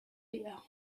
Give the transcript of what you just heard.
peculiar